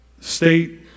state